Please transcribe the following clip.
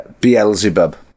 Beelzebub